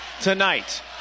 tonight